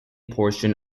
portion